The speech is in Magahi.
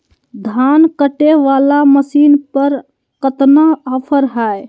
धान कटे बाला मसीन पर कतना ऑफर हाय?